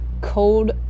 cold